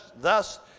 thus